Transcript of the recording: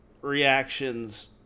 reactions